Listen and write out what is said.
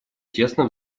тесно